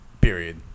Period